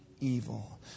evil